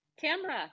Camera